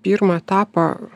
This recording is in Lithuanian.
pirmą etapą